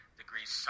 degrees